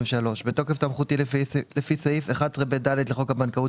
בתוקף סמכותי לפי סעיף 11ב(2) לחוק הבנקאות